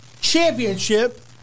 championship